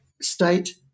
state